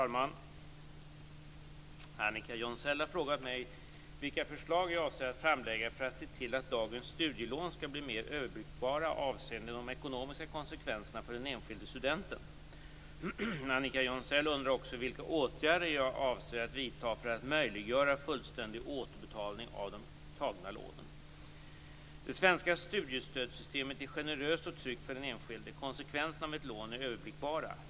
Fru talman! Annika Jonsell har frågat mig vilka förslag jag avser att framlägga för att se till att dagens studielån skall bli mer överblickbara avseende de ekonomiska konsekvenserna för den enskilde studenten. Annika Jonsell undrar också vilka åtgärder jag avser att vidta för att möjliggöra fullständig återbetalning av tagna lån. Det svenska studiestödssystemet är generöst och tryggt för den enskilde. Konsekvenserna av ett lån är överblickbara.